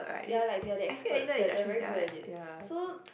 ya like there are very expert they really good on it so